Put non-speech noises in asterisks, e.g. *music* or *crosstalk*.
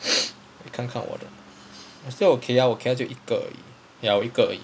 *breath* 你看看我的我就只 kaeya 我 kaeya 只有一个而已 ya 我一个而已